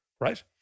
right